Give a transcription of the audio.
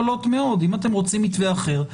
אם אתם רוצים מתווה אחר,